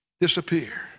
disappear